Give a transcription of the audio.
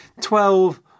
Twelve